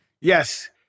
Yes